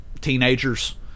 teenagers